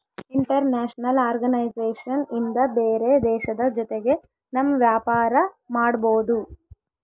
international organisation ಇಂದ ಬೇರೆ ದೇಶದ ಜೊತೆಗೆ ನಮ್ ವ್ಯಾಪಾರ ಮಾಡ್ಬೋದು